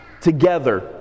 together